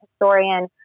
historian